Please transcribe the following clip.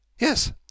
Yes